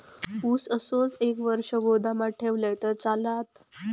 ऊस असोच एक वर्ष गोदामात ठेवलंय तर चालात?